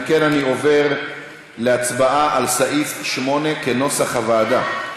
אם כן, אני עובר להצבעה על סעיף 8, כנוסח הוועדה.